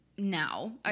now